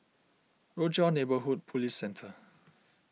Rochor Neighborhood Police Centre